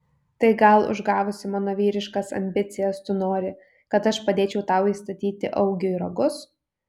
tai gal užgavusi mano vyriškas ambicijas tu nori kad aš padėčiau tau įstatyti augiui ragus